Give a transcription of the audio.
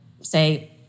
say